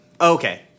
Okay